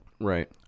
Right